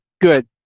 good